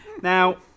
Now